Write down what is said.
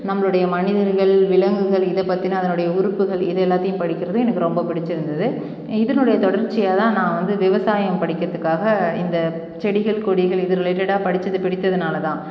நம்மளுடைய மனிதர்கள் விலங்குகள் இதை பற்றின அதனுடைய உறுப்புகள் இது எல்லாத்தையும் படிக்கிறதும் எனக்கு ரொம்ப பிடிச்சுருந்துது இதனுடைய தொடர்ச்சியாக தான் நான் வந்து விவசாயம் படிக்கிறதுக்காக இந்த செடிகள் கொடிகள் இது ரிலேட்டடாக படித்தது பிடித்ததுனால் தான்